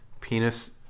Penis